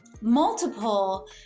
multiple